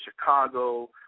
Chicago